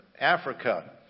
Africa